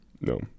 No